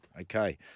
Okay